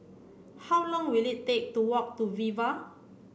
how long will it take to walk to Viva